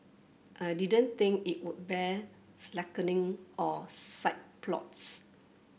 I didn't think it would bear slackening or side plots